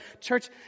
Church